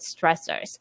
stressors